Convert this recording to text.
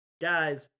guys